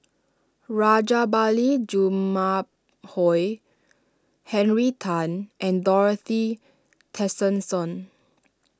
Rajabali Jumabhoy Henry Tan and Dorothy Tessensohn